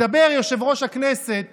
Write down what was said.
מדבר יושב-ראש הכנסת